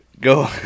Go